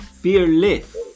Fearless